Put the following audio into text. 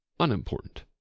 unimportant